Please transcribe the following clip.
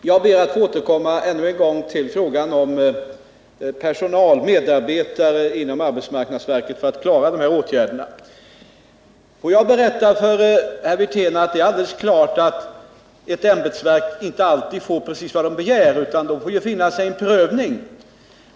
Herr talman! Jag ber att ännu en gång få återkomma till frågan om medarbetare inom arbetsmarknadsverket för att klara dessa åtgärder. Jag kan berätta för herr Wirtén att det är alldeles klart att ett ämbetsverk inte alltid får precis vad det begär utan får finna sig i en prövning.